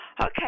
Okay